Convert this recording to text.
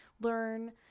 learn